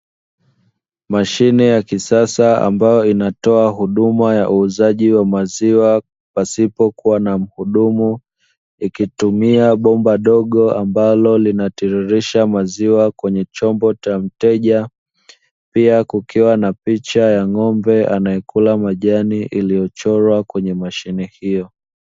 Mashine ya kisasa ambayo inatoa huduma ya uuzaji wa maziwa pasipokuwa na mhudumu, ikitumia bomba dogo ambalo linatiririsha maziwa kwenye chombo cha mteja. Pia kukiwa na picha ya ng'ombe anayekula majani iliyochorwa kwenye mashine hiyo.